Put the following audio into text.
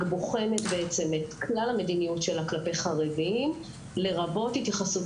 בוחנת את כלל המדיניות שלה כלפי חרדים לרבות התייחסות